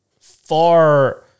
far